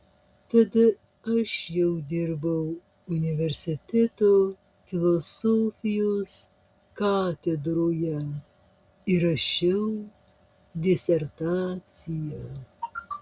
tada aš jau dirbau universiteto filosofijos katedroje ir rašiau disertaciją